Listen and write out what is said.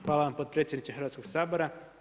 Hvala vam potpredsjedniče Hrvatskog sabora.